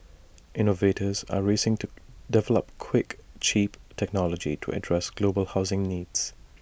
innovators are racing to develop quick cheap technology to address global housing needs